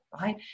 right